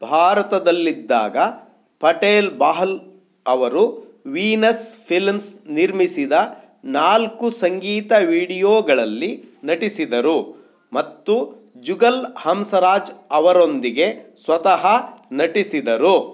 ಭಾರತದಲ್ಲಿದ್ದಾಗ ಪಟೇಲ್ ಬಹಲ್ ಅವರು Venus Films ನಿರ್ಮಿಸಿದ ನಾಲ್ಕು ಸಂಗೀತ ವೀಡಿಯೋಗಳಲ್ಲಿ ನಟಿಸಿದರು ಮತ್ತು ಜುಗಲ್ ಹಂಸರಾಜ್ ಅವರೊಂದಿಗೆ ಸ್ವತಃ ನಟಿಸಿದರು